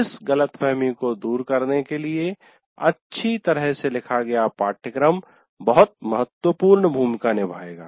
इस गलतफहमी को दूर करने के लिए एक अच्छी तरह से लिखा गया पाठ्यक्रम बहुत महत्वपूर्ण भूमिका निभाएगा